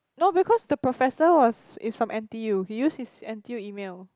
no because the professor was is from n_t_u he use his n_t_u email